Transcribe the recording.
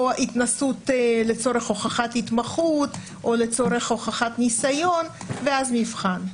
או התנסות לצורך הוכחת התמחות או לצורך הוכחת ניסיון ואז מבחן.